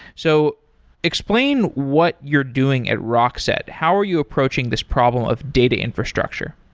so explain what you're doing at rockset. how are you approaching this problem of data infrastructure?